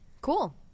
Cool